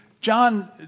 John